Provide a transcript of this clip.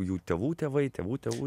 jų tėvų tėvai tėvų tėvų